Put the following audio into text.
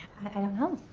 i don't know.